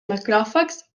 macròfags